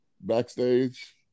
Backstage